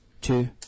Two